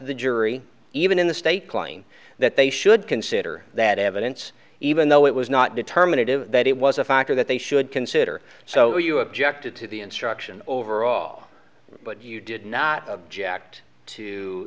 the jury even in the state kline that they should consider that evidence even though it was not determinative that it was a factor that they should consider so you objected to the instruction overall but you did not object to